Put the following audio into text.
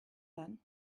then